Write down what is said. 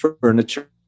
furniture